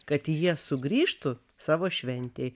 kad jie sugrįžtų savo šventei